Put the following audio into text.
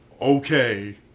okay